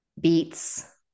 beets